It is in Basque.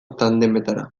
tandemetara